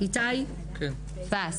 איתי פלס,